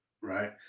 right